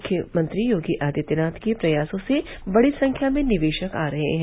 मुख्यमंत्री योगी आदित्यनाथ के प्रयासों से बड़ी संख्या में निवेशक आ रहे हैं